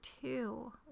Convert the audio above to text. two